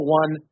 one